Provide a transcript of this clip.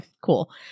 cool